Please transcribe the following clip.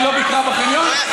היא לא ביקרה בחניון?